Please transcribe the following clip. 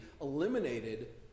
eliminated